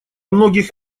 многих